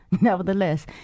Nevertheless